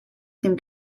den